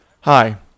Hi